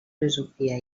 filosofia